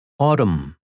Autumn